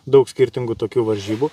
daug skirtingų tokių varžybų